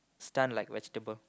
stun like vegetable